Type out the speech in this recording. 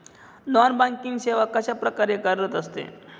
Non banking सेवा कशाप्रकारे कार्यरत असते?